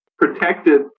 protected